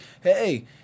hey